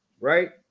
Right